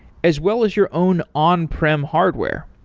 as well as your own on-prem hardware.